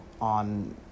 on